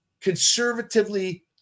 conservatively